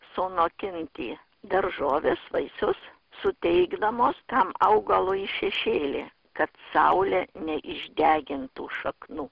sunokinti daržoves vaisius suteikdamos tam augalui šešėlį kad saulė neišdegintų šaknų